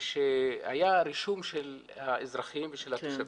כשהיה רישום של האזרחים ושל התושבים,